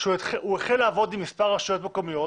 שהוא החל לעבוד עם מספר רשויות מקומיות